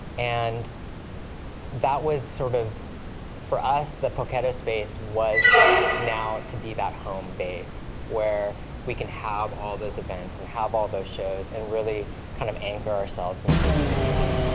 and that was sort of for us, the poketo space was now to be that home base where we can have all those events and have all those shows and really kind of anchor ourselves into a community.